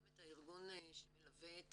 גם את הארגון שמלווה את